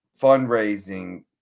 fundraising